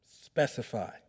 Specify